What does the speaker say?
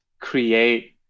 create